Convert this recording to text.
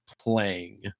playing